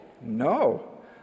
No